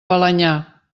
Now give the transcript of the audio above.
balenyà